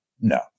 no